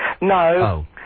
No